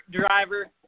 driver